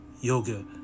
yoga